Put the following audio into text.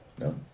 No